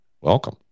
welcome